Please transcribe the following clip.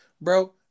bro